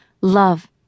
love